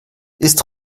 ist